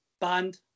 Band